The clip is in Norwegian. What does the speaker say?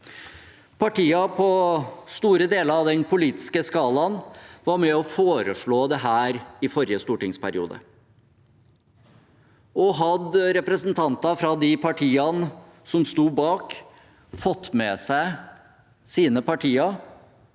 Partier på store deler av den politiske skalaen var med og foreslo dette i forrige stortingsperiode. Hadde representanter fra de partiene som sto bak, fått med seg sine partier,